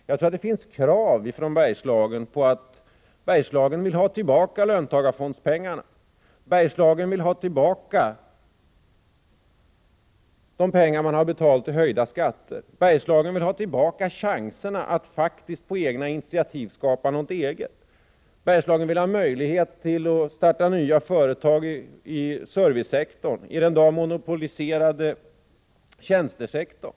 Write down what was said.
Jag tror att människorna i Bergslagen ställer krav på att få tillbaka löntagarfondspengarna, de pengar som de har betalat i höjda skatter. Människorna i Bergslagen vill ha tillbaka chanserna att genom egna initiativ skapa något eget. De vill ha möjlighet att starta nya företag inom servicesektorn, inom den i dag monopoliserade tjänstesektorn.